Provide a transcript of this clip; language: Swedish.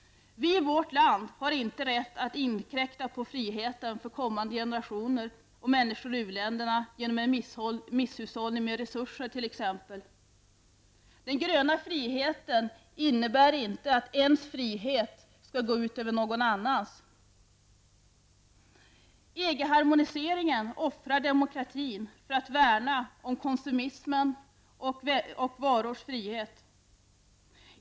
Vi i vårt land har inte rätt att inkräkta på friheten för kommande generationer och människor i uländerna genom en misshushållning med resurser. Den gröna friheten innebär inte att ens frihet skall gå ut över någon annans. EG-harmoniseringen offrar demokratin för att värna om konsumismen och varors frihet.